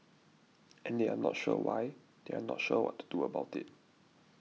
and they are not sure why they are not sure what to do about it